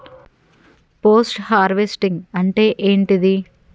Post harvesting అంటే ఏంటిది?